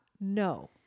No